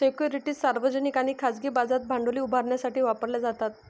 securities सार्वजनिक आणि खाजगी बाजारात भांडवल उभारण्यासाठी वापरल्या जातात